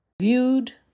viewed